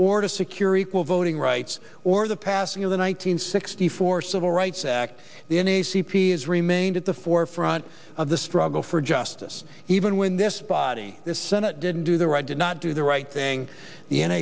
or to secure equal voting rights or the passing of the one nine hundred sixty four civil rights act the n a c p s remained at the forefront of the struggle for justice even when this body the senate didn't do the right did not do the right thing